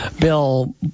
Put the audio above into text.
Bill